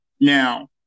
Now